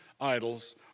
idols